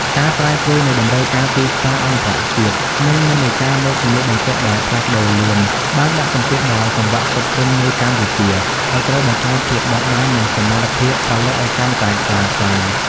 ការប្រែប្រួលនៃតម្រូវការទីផ្សារអន្តរជាតិ និងនិន្នាការម៉ូដសម្លៀកបំពាក់ដែលផ្លាស់ប្តូរលឿន បានដាក់សម្ពាធដល់សង្វាក់ផ្គត់ផ្គង់នៅកម្ពុជាឱ្យត្រូវបង្កើនភាពបត់បែន និងសមត្ថភាពផលិតឱ្យកាន់តែខ្លាំងក្លា។